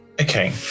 okay